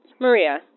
Maria